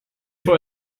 vor